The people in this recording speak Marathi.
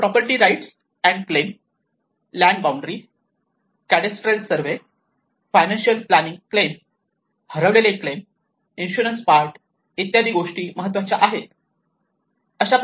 property rights and claim land boundary cadastral survey financial planning claim हरवलेले क्लेम इन्शुरन्स पार्ट इत्यादी गोष्टी महत्त्वाच्या आहेत